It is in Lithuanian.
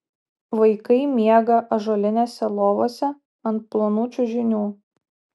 vaikai miega ąžuolinėse lovose ant plonų čiužinių